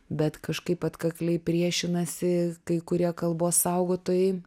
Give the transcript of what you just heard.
bet kažkaip atkakliai priešinasi kai kurie kalbos saugotojai